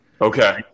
Okay